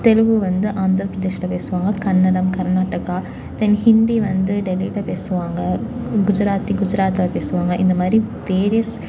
தெலுகு வந்து ஆந்திரப்பிரதேஷில் பேசுவாங்க கன்னடம் கர்நாட்டக்கா தென் ஹிந்தி வந்து டெல்லியில் பேசுவாங்க குஜராத்தி குஜராத்தில் பேசுவாங்க இந்த மாதிரி வேரியஸ்